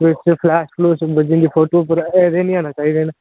कोई कोई flash flush बज्जी जंदी फोटो उप्पर एह् देह् नी आने चाहिदे न